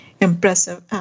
impressive